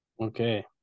Okay